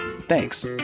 Thanks